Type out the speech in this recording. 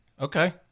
Okay